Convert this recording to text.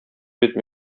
бит